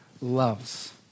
loves